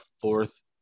fourth